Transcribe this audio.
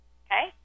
okay